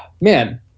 man